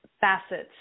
facets